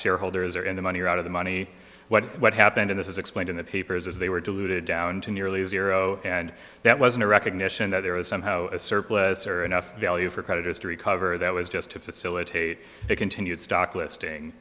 shareholders are in the money or out of the money what what happened in this is explained in the papers as they were diluted down to nearly zero and that wasn't a recognition that there was somehow a surplus or enough value for creditors to recover that was just to facilitate a continued stock listing